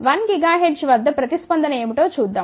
1 GHz వద్ద ప్రతిస్పందన ఏమిటో చూద్దాం